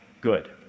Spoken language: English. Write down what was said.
good